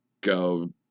go